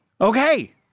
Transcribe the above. okay